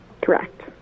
Correct